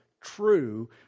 true